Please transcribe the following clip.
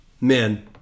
men